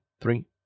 three